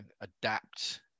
adapt